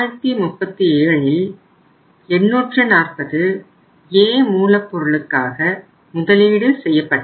13937ல் 840 A மூலப் பொருளுக்காக முதலீடு செய்யப்பட்டது